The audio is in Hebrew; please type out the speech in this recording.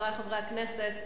חברי חברי הכנסת,